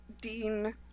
Dean